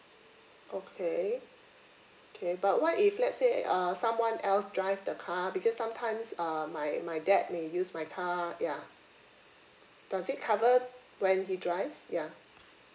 okay okay but what if let's say uh someone else drive the car because sometimes uh my my dad may use my car ya does it covered when he drive ya